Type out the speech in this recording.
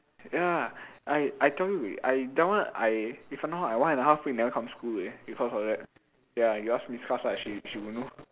ya I I tell you already I that one I if I'm not wrong I one and a half week never come school eh because of that ya you ask miss Chan ah she she would know